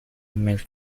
ملک